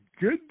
good